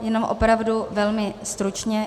Jenom opravdu velmi stručně.